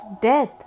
death